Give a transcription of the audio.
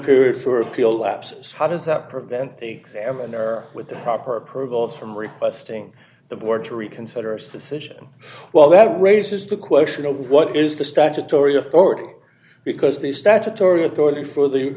period for appeal lapse how does that prevent the examiner with the proper protocols from requesting the board to reconsider its decision well that raises the question of what is the statutory authority because the statutory authority for the